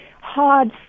hard